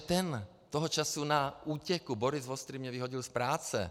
Ten toho času na útěku Boris Vostrý mě vyhodil z práce.